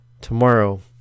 tomorrow